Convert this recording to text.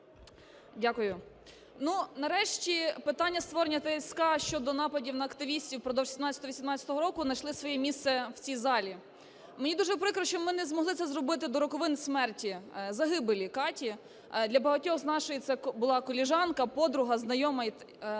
Дякую. Ну, нарешті, питання створення ТСК щодо нападів на активістів впродовж 2017-2018 року знайшли своє місце в цій залі. Мені дуже прикро, що ми не змогли це зробити до роковин смерті, загибелі Каті. Для багатьох з нас це була колежанка, подруга, знайома і так